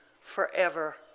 forever